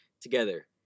together